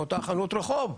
לאותה חנות רחוב.